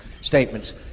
statements